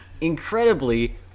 incredibly